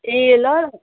ए ल